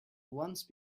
once